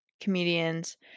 comedians